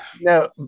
No